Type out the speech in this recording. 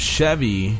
Chevy